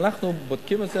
אבל אנחנו בודקים את זה,